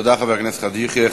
תודה, חבר הכנסת חאג' יחיא.